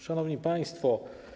Szanowni Państwo!